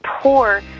poor